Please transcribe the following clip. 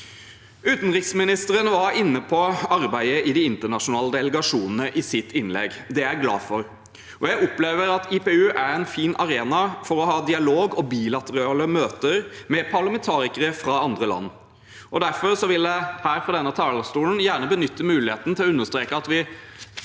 Utenriksministeren var inne på arbeidet i de internasjonale delegasjonene i sitt innlegg. Det er glad for, og jeg opplever at IPU er en fin arena for å ha dialog og bilaterale møter med parlamentarikere fra andre land. Derfor vil jeg – her fra denne talerstolen – benytte muligheten til å understreke at vi